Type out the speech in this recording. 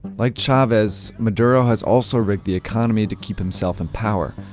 like chavez, maduro has also rigged the economy to keep himself in power,